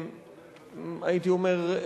הייתי אומר,